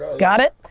got it?